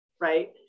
right